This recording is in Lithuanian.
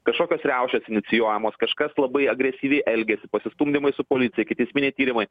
kažkokios riaušės inicijuojamos kažkas labai agresyviai elgiasi pasistumdymai su policija ikiteisminį tyrimui